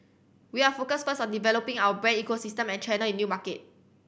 we are focused birds on developing our brand ecosystem and channel in new market